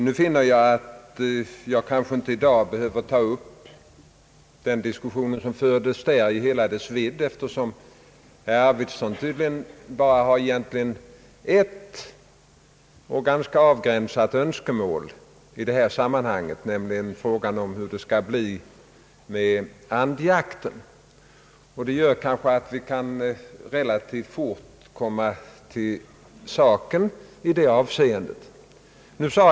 Nu behöver jag kanske inte i hela dess vidd ta upp den diskussion som fördes där, eftersom herr Arvidson tydligen bara har ett ganska avgränsat önskemål i detta sammanhang, nämligen ändring vad gäller andjakten. Vi bör alltså relativt fort kunna komma till saken i det avseendet.